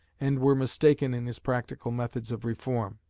and were mistaken in his practical methods of reform.